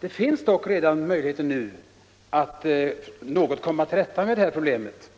Det finns dock möjligheter redan nu att komma något till rätta med problemet.